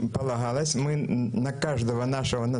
יש לנו כל מיני קבוצות אבל אנחנו כן צריכים עזרה מהמדינה.